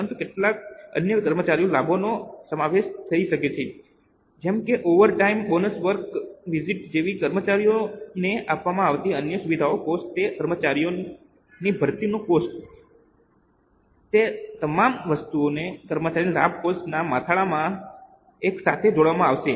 પરંતુ તેમાં કેટલાક અન્ય કર્મચારી લાભોનો સમાવેશ થઈ શકે છે જેમ કે overtime bonus work visit જેવી કર્મચારીઓને આપવામાં આવતી અન્ય સુવિધાઓનો કોસ્ટ તે કર્મચારીઓની ભરતીનો કોસ્ટ તે તમામ વસ્તુઓને કર્મચારી લાભ કોસ્ટ ના મથાળામાં એકસાથે જોડવામાં આવશે